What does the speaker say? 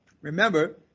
Remember